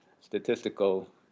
statistical